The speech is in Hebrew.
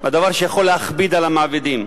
דבר שיכול להכביד על המעבידים.